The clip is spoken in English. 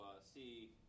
see